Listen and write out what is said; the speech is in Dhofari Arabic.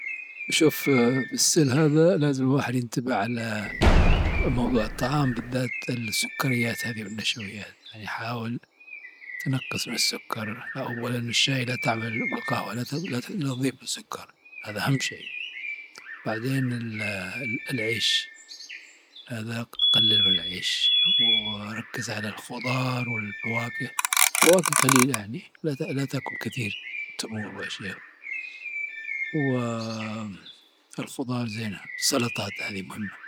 شف في السن هذا لازم الواحد ينتبه على موضوع الطعام بالذات. السكريات هذي والنشويات يعني حاول تنقص من السكر. اولا الشاهي والقهوة لا تعمل لا تضيف له له سكر. وبعدبن العيش قلل من العيش وركز على الخضار والفواكه. والفواكه قليل يعني، لا تاكل كثير تمورواشيا. والخضار زينة والسلطات هذي مهمة.